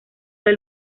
del